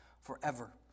forever